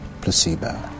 placebo